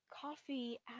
coffee